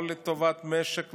לא לטובת המשק,